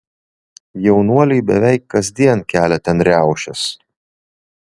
jaunuoliai beveik kasdien kelia ten riaušes